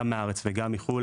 גם מהארץ וגם מחו"ל.